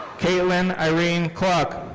kaitlin irene kluck.